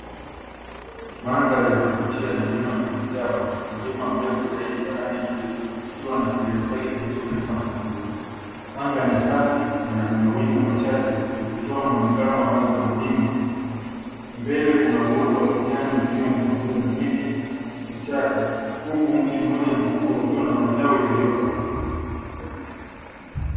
Mandhari ya kuvutia ya mlima Kilimanjaro mlima mrefu zaidi barani Afrika kukiwa kilele chake kilichofunikwa na theruji anga ni safi na lina mawingu machache likitoa muonekano wa wazi wa mlima mbele kuna uoto wa kijani ikiwa ni pamoja na miti vichaka huku mti mmoja mkubwa ukiwa na matawi yaliyokauka.